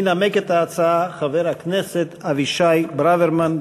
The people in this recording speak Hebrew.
ינמק את ההצעה חבר הכנסת אבישי ברוורמן.